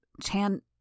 chan-